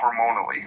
hormonally